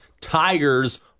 Tigers